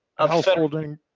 householding